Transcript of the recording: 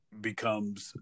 becomes